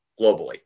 globally